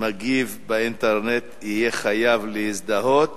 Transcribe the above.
מגיב באינטרנט יהיה חייב להזדהות